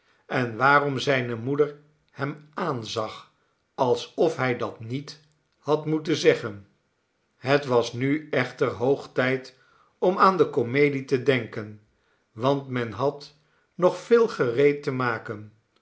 en waarom zijne moeder hem aanzag alsof hij dat niet had moeten zeggen het was nu echter hoog tijd om aan de komedie te denken want men had nog veel gereed te maken